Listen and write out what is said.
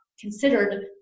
considered